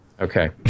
Okay